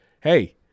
hey